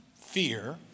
fear